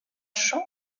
champ